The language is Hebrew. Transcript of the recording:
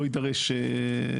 לא יידרש,